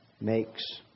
makes